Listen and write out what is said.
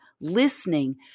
listening